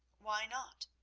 why not?